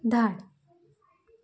धाड